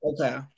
okay